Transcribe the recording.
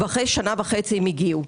ואחרי כשנה וחצי הם הגיעו.